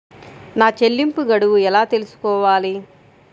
నా చెల్లింపు గడువు ఎలా తెలుసుకోవాలి?